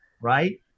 right